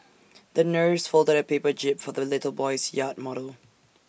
the nurse folded A paper jib for the little boy's yacht model